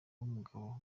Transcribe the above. w’umugabo